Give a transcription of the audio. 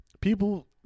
People